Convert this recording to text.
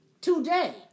today